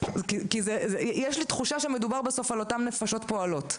כי יש לי תחושה שמדובר בסוף על אותן נפשות פועלות,